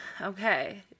Okay